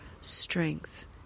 strength